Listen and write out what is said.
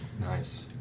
Nice